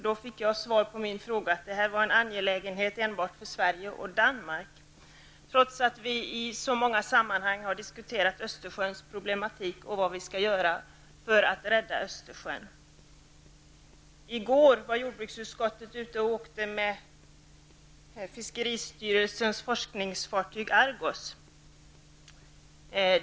Jag fick som svar på min fråga att detta var en angelägenhet enbart för Sverige och Danmark, trots att vi i så många sammanhang har diskuterat de problem som finns och vad vi skall göra för att rädda Östersjön. I går åkte jordbruksutskottets ledamöter med fiskeristyrelsens forskningsfartyg Argos.